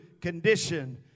condition